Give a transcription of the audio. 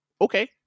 okay